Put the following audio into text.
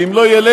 ואם לא ילך,